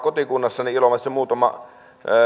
kotikunnassani ilomantsissa on muutama